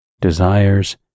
desires